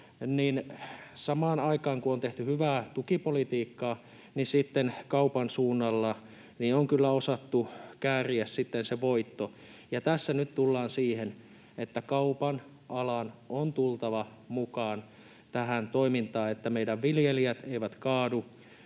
samaan aikaan, kun on tehty hyvää tukipolitiikkaa, on kyllä kaupan suunnalla osattu kääriä sitten se voitto. Ja tässä nyt tullaan siihen, että kaupan alan on tultava mukaan tähän toimintaan, että meidän viljelijät eivät kaadu